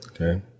okay